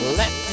let